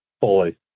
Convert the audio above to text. Fully